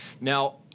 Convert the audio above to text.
now